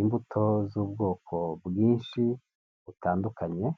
imbuto z'ubwoko bwinshi butandukanye.